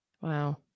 Wow